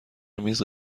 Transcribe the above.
میز